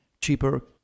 cheaper